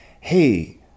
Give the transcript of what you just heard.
hey